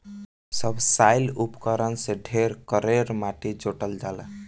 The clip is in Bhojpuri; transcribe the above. सबसॉइल उपकरण से ढेर कड़ेर माटी जोतल जाला